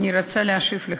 אני רוצה להשיב לך,